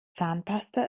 zahnpasta